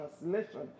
translation